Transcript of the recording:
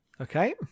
okay